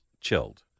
chilled